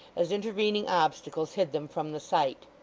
as intervening obstacles hid them from the sight.